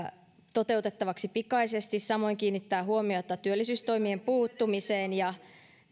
toteuttamista pikaisesti samoin se kiinnittää huomiota työllisyystoimien puuttumiseen